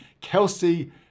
Kelsey